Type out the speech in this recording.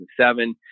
2007